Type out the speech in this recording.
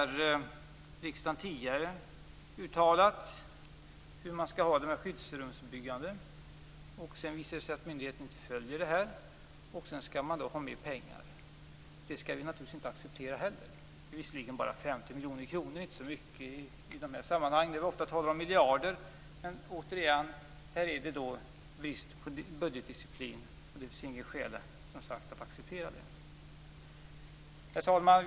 Riksdagen har tidigare uttalat hur skyddsrumsbyggandet skall bedrivas. Sedan visar det sig att myndigheten inte följer detta och vill ha mer pengar. Vi skall naturligtvis inte acceptera detta heller. Det gäller visserligen bara 50 miljoner kronor, vilket inte är så mycket i de här sammanhangen, där vi ofta talar om miljarder. Men återigen: Det är en fråga om budgetdisciplin, och det finns inget skäl att acceptera detta. Herr talman!